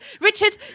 Richard